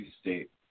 state